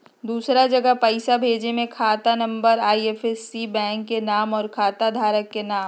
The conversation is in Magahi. दूसरा जगह पईसा भेजे में खाता नं, आई.एफ.एस.सी, बैंक के नाम, और खाता धारक के नाम?